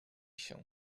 się